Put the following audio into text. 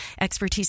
expertise